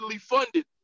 funded